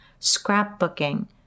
scrapbooking